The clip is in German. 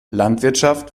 landwirtschaft